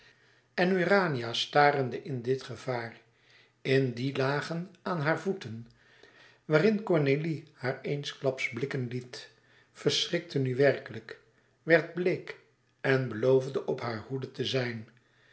en urania starende in dit gevaar in die lagen aan hare voeten waarin cornélie haar eensklaps blikken liet verschrikte nu werkelijk werd bleek en beloofde op hare hoede te zijn